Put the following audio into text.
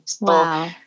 Wow